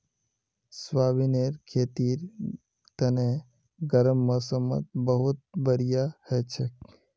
सोयाबीनेर खेतीर तने गर्म मौसमत बहुत बढ़िया हछेक